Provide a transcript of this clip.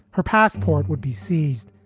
her passport would be seized.